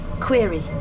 Query